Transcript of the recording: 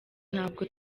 ntabwo